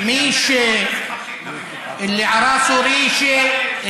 אתה מכיר מישהו מהרשימה המשותפת שמכר טלפונים למחבלים,